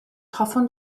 hoffwn